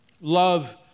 love